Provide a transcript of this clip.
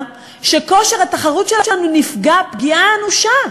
שכושר התחרות שלנו נפגע פגיעה אנושה.